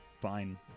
fine